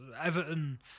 Everton